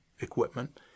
equipment